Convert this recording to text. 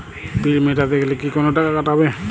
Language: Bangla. বিল মেটাতে গেলে কি কোনো টাকা কাটাবে?